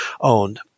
owned